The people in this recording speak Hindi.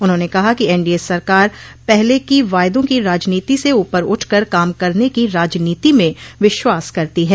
उन्होंने कहा कि एनडीए सरकार पहले की वायदों की राजनीति से ऊपर उठकर काम करने की राजनीति में विश्वास करती है